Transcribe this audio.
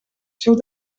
seu